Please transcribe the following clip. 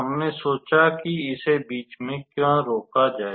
हमने सोचा कि इसे बीच में क्यों रोका जाए